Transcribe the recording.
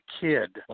kid